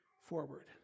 forward